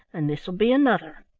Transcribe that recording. and this will be another.